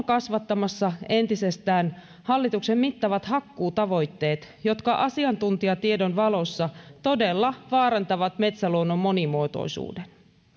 kasvattamassa entisestään hallituksen mittavat hakkuutavoitteet jotka asiantuntijatiedon valossa todella vaarantavat metsäluonnon monimuotoisuuden